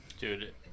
Dude